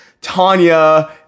Tanya